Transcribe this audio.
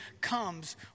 comes